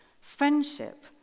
friendship